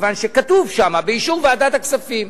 מכיוון שכתוב שם: באישור ועדת הכספים,